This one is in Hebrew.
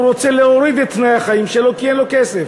רוצה להוריד את תנאי החיים שלו כי אין לו כסף,